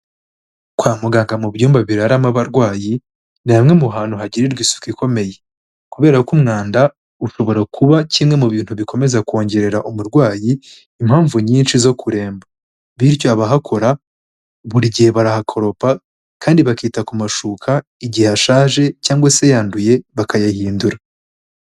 Kwa muganga mu byumba biraramo abarwayi ni hamwe hamwe mu hantu hagirirwa isuku ikomeye, kubera ko umwanda ushobora kuba kimwe mu bintu bikomeza kongerera umurwayi impamvu nyinshi zo kuremba, bityo abahakora buri gihe barahakoropa kandi bakita ku mashuka igihe ashaje cyangwa se yanduye bakayahindura.